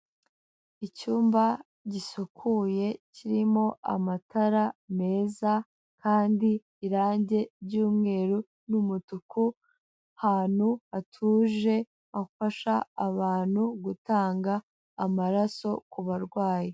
Icyumba gisukuye kirimo amatara meza kandi irange ry'umweru n'umutuku, ahantu hatuje hafasha abantu gutanga amaraso ku barwayi.